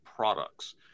Products